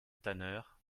tanneurs